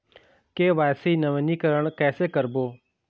KYC नवीनीकरण कैसे करबो?